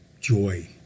joy